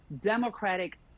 democratic